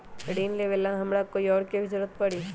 ऋन लेबेला हमरा कोई और के भी जरूरत परी?